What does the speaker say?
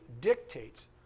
dictates